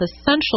essential